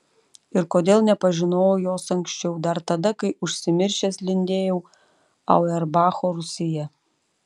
ir kodėl nepažinojau jos anksčiau dar tada kai užsimiršęs lindėjau auerbacho rūsyje